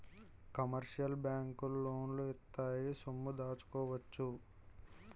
commercial బ్యాంకులు లోన్లు ఇత్తాయి సొమ్ము దాచుకోవచ్చు